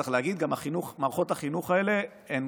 צריך להגיד גם מערכות החינוך האלה הן